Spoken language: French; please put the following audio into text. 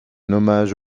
hommage